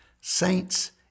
Saints